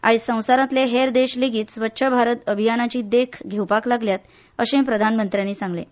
आयज संवसारांतले हेर देश लेगीत स्वच्छ भारत अभियानाची देख घेवपाक लागल्यात अशें प्रधामंत्र्यांनी सांगलें